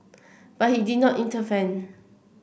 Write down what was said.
but he did not intervene